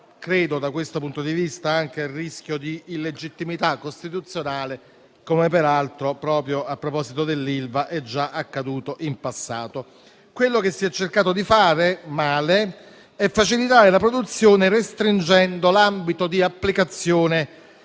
credo, da questo punto di vista, anche a rischio di illegittimità costituzionale, come peraltro proprio a proposito dell'Ilva è già accaduto in passato. Quello che si è cercato di fare - male - è facilitare la produzione, restringendo l'ambito di applicazione